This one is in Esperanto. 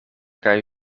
kaj